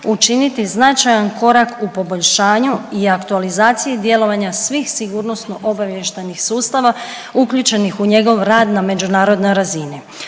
učiniti značajan korak u poboljšanju i aktualizaciji djelovanja svih sigurnosno-obavještajnih sustava, uključenih u njegov rad na međunarodnoj razini